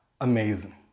amazing